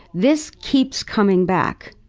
this keeps coming back.